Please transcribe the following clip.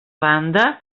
banda